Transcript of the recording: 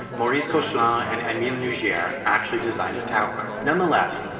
maurice koechlin ah and emile nouguier actually designed the tower. nonetheless,